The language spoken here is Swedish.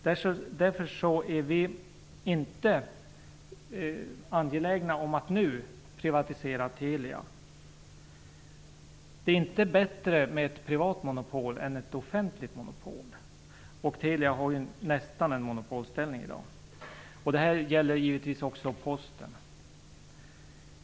Därför är vi inte angelägna om att nu privatisera Telia. Det är inte bättre med ett privat monopol än med ett offentligt monopol, och Telia har nästan en monopolställning i dag. Detta gäller givetvis också posten.